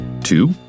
Two